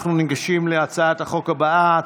אנחנו ניגשים להצעת החוק הבאה,